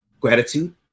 gratitude